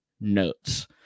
notes